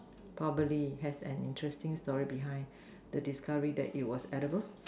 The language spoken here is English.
probably has an interesting story behind the discovery that it was edible